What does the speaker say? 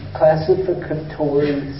classificatory